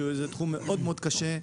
שזה תחום מאוד מאוד קשה.